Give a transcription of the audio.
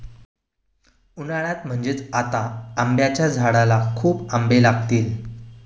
उन्हाळ्यात म्हणजे आता आंब्याच्या झाडाला खूप आंबे लागतील